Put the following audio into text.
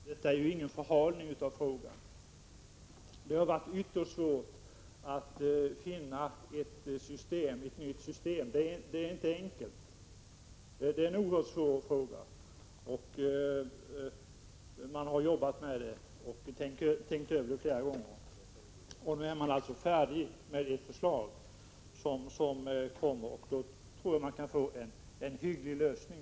Herr talman! Det har inte skett någon förhalning. Det har varit ytterst svårt att finna ett nytt system. Detta är en oerhört besvärlig fråga, som man har fått tänka över flera gånger, men nu kommer det alltså snart ett förslag, och jag tror att det kommer att bli en hygglig lösning.